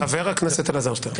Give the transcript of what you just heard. חבר הכנסת אלעזר שטרן.